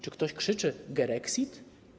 Czy ktoś krzyczy gerexit?